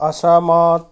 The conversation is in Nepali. असहमत